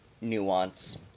nuance